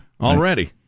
already